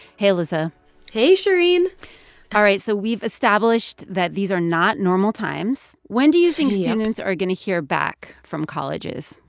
hey, elissa hey, shereen all right. so we've established that these are not normal times. when do you think students. yep. are going to hear back from colleges?